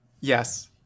Yes